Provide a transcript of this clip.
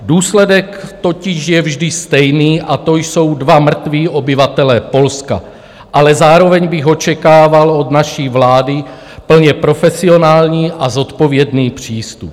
Důsledek totiž je vždy stejný, a to jsou dva mrtví obyvatelé Polska, ale zároveň bych očekával od naší vlády plně profesionální a zodpovědný přístup.